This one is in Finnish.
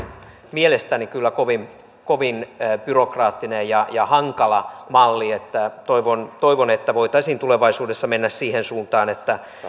mielestäni kyllä kovin kovin byrokraattinen ja ja hankala malli ja toivon että voitaisiin tulevaisuudessa mennä siihen suuntaan että